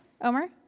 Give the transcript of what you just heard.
Omer